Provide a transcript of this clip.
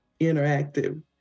interactive